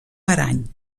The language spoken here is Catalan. parany